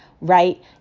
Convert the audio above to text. right